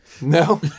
No